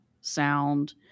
sound